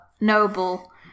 noble